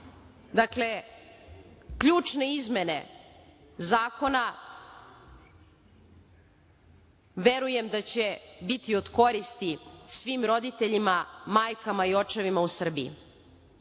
Dakle, ključne izmene zakona verujem da će biti od koristi svim roditeljima, majkama i očevima u Srbiji.